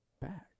back